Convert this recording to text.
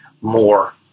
more